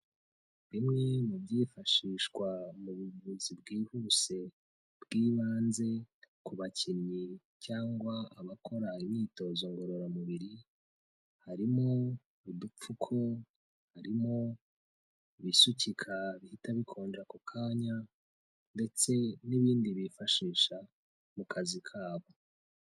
Bimwe mu byifashishwa mu buvuzi bwihuse bw'ibanze ku bakinnyi cyangwa abakora imyitozo ngororamubiri harimo udupfuko, harimo ibisukika bihita bikonja ako kanya ndetse n'ibindi bifashisha mu kazi kabo.